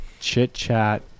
chit-chat